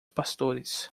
pastores